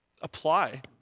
apply